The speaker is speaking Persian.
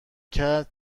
کرد